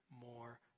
more